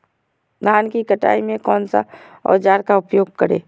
धान की कटाई में कौन सा औजार का उपयोग करे?